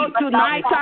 tonight